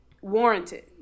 warranted